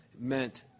meant